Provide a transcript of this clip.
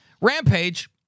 Rampage